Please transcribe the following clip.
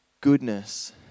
Goodness